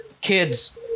kids